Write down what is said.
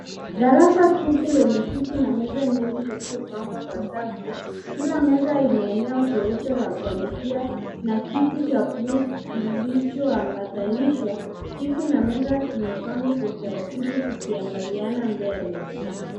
Darasa tupu lenye viti na meza nyingi zilizopangwa kwa safu. Kila meza ina eneo jeupe la kuandikia na kiti cha bluu kilichoambatanishwa. Kiti na meza zimepangwa kwa utaratibu zikiangaliana mbele.